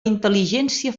intel·ligència